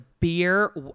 Beer